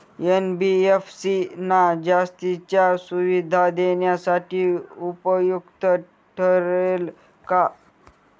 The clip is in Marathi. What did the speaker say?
एन.बी.एफ.सी ना जास्तीच्या सुविधा देण्यासाठी उपयुक्त ठरेल का?